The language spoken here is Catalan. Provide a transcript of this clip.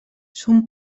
son